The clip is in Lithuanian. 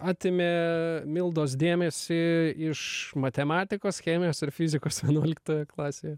atėmė mildos dėmesį iš matematikos chemijos ir fizikos vienuoliktoje klasėje